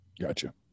Gotcha